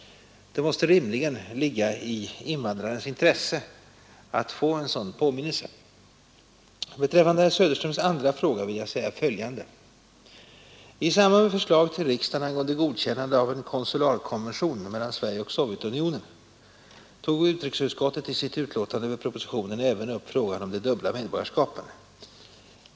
Det måste rimligen ligga i invandrarens intresse att få en sådan påminnelse. Beträffande herr Söderströms andra fråga vill jag säga följande. I samband med förslag till riksdagen angående godkännande av en konsularkonvention mellan Sverige och Sovjetunionen tog utrikesutskottet i sitt utlåtande över propositionen även upp frågan om de dubbla medborgarskapen.